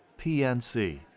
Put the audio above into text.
PNC